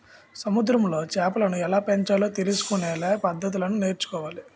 సముద్రములో చేపలను ఎలాపెంచాలో తెలుసుకొనే పద్దతులను నేర్చుకోవాలి